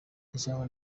ijambo